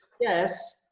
yes